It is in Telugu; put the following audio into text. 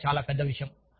మరొక చాలా పెద్ద విషయం